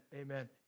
Amen